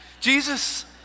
Jesus